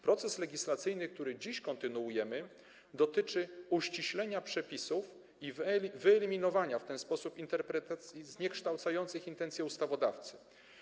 Proces legislacyjny, który dziś kontynuujemy, dotyczy uściślenia przepisów i wyeliminowania w ten sposób interpretacji zniekształcających intencje ustawodawcy.